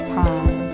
time